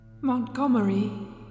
Montgomery